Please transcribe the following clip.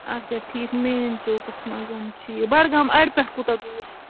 اَچھا ٹھیٖک مین چوکَس مَنز چھُ یہ بَڈگام اَڈٕ پٮ۪ٹھ کوٗتاہ دوٗر چھُ یہِ